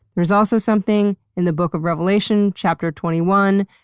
there's also something in the book of revelation, chapter twenty one,